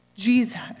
Jesus